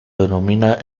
denomina